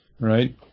right